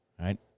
right